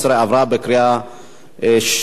עברה בקריאה שנייה.